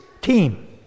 team